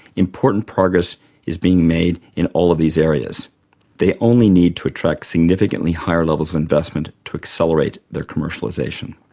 important progress is being made in all of these areas they only need to attract significantly higher levels of investment to accelerate their commercialization.